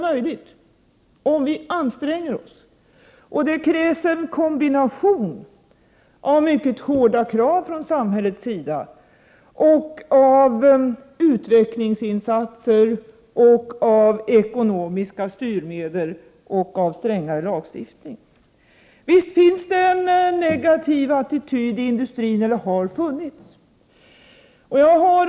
Det krävs en kombination av mycket hårda krav från samhällets sida, av utvecklingsinsatser, av ekonomiska styrmedel och av strängare lagstiftning. Visst finns det, eller har funnits, en negativ attityd inom industrin.